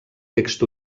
text